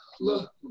look